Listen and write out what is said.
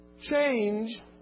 Change